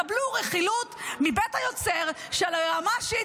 קבלו רכילות מבית היוצר של היועמ"שית,